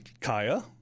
Kaya